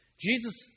Jesus